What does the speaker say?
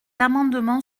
amendement